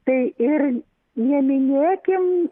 tai ir neminėkim